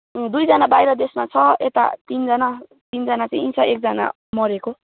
दुईजना बाहिर देशमा छ यता तिनजना तिनजना चाहिँ यीँ छ एकजना चाहिँ मरेको